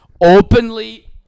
openly